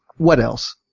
what else?